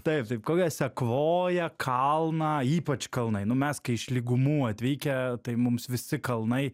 taip taip kokią sekvoją kalną ypač kalnai nu mes kai iš lygumų atvykę tai mums visi kalnai